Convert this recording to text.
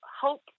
hope